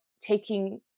taking